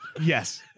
Yes